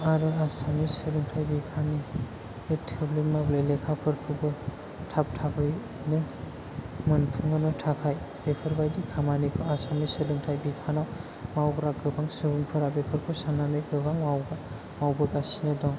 आरो आसामनि सोलोंथाय बिफाननि थोब्ले माब्ले लेखाफोरखौबो थाब थाबैनो मोनफुंनो थाखाय बेफोरबायदि खामानिखौ आसामनि सोलोंथाय बिफानयाव मावग्रा गोबां सुबुंफोरा बेफोरखौ साननानै गोबां मावबाय मावबोगासिनो दं